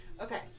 Okay